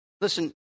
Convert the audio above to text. Listen